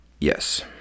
Yes